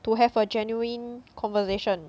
to have a genuine conversation